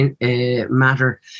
matter